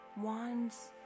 Wands